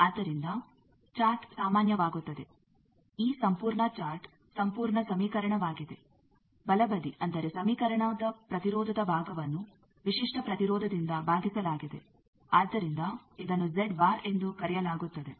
ಆದ್ದರಿಂದ ಚಾರ್ಟ್ ಸಾಮಾನ್ಯವಾಗುತ್ತದೆ ಈ ಸಂಪೂರ್ಣ ಚಾರ್ಟ್ ಸಂಪೂರ್ಣ ಸಮೀಕರಣವಾಗಿದೆ ಬಲಬದಿ ಅಂದರೆ ಸಮೀಕರಣದ ಪ್ರತಿರೋಧದ ಭಾಗವನ್ನು ವಿಶಿಷ್ಟ ಪ್ರತಿರೋಧದಿಂದ ಭಾಗಿಸಲಾಗಿದೆ ಆದ್ದರಿಂದ ಇದನ್ನು ಜೆಡ್ ಬಾರ್ ಎಂದು ಕರೆಯಲಾಗುತ್ತದೆ